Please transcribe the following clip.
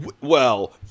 well-